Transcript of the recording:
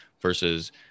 versus